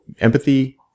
empathy